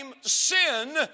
sin